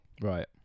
right